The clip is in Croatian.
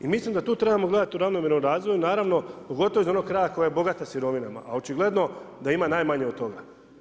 I mislim da tu trebamo gledati u ravnomjernom razvoju, naravno pogotovo iz onoga kraja koji je bogat sirovinama a očigledno da ima najmanje od toga.